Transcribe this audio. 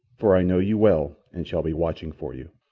for i know you well and shall be watching for you.